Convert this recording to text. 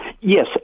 Yes